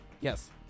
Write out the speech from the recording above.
Yes